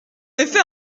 effet